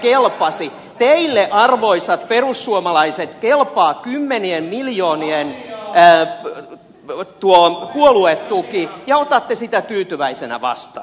heille kelpasi teille arvoisat perussuomalaiset kelpaa kymmenien miljoonien puoluetuki ja otatte sitä tyytyväisenä vastaan